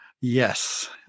Yes